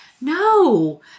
no